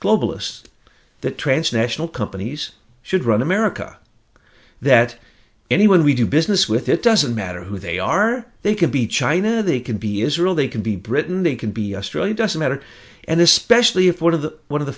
globalist that transnational companies should run america that anyone we do business with it doesn't matter who they are they can be china or they can be israel they can be britain they can be australia doesn't matter and especially if one of the one of the